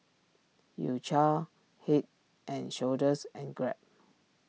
U Cha Head and Shoulders and Grab